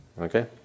Okay